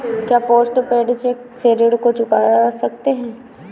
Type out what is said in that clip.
क्या post paid cheque से ऋण को चुका सकते हैं?